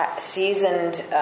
seasoned